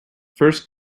first